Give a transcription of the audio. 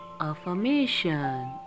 affirmation